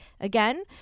Again